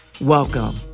Welcome